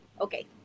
okay